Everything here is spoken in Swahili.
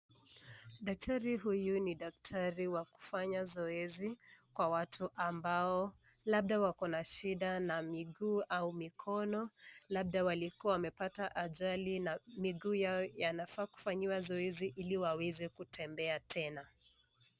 Daktari huyu nii daktari wa kufanya zoezi, kwa watu ambao labda wako na shida na miguu au mikono au lada walikiwa wamepata ajali na miguu yao inafaa kufanyiwa zoezi ili waeze kutembea tena.